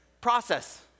Process